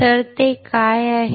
तर ते काय आहे